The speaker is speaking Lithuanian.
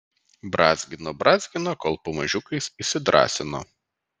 brązgino brązgino kol pamažiukais įsidrąsino